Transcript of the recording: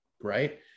right